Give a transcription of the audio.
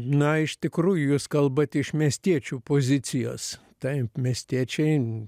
na iš tikrųjų jūs kalbat iš miestiečių pozicijos taip miestiečiai